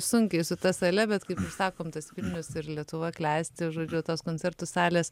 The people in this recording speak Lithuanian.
sunkiai su ta sale bet kaip ir sakom tas vilnius ir lietuva klesti žodžiu tos koncertų salės